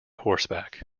horseback